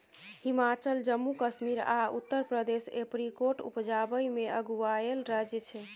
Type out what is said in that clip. हिमाचल, जम्मू कश्मीर आ उत्तर प्रदेश एपरीकोट उपजाबै मे अगुआएल राज्य छै